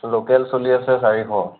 local চলি আছে চাৰিশ